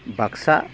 Baksa